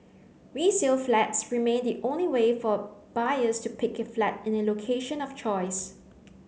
resale flats remain the only way for buyers to pick a flat in a location of choice